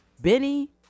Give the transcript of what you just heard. Benny